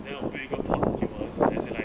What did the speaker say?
then I build 一个 pot 给我的儿子 as in like